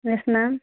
yes ma'am